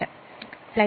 8